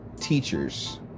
Teachers